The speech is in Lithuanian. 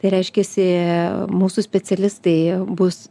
tai reiškiasi mūsų specialistai bus